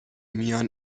میان